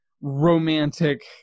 romantic